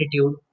attitude